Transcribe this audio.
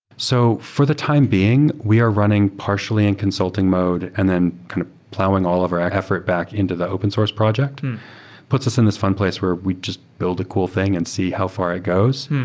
so for the time being, we are running partially in consulting mode and then kind of plowing all of our effort back into the open source project. it puts us in this fun place where we just build a cool thing and see how far it goes.